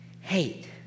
hate